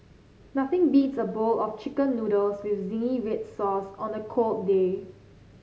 nothing beats a bowl of chicken noodles with zingy red sauce on a cold day